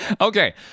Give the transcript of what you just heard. Okay